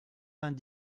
vingt